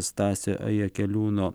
stasio jakeliūno